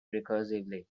recursively